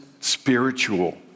spiritual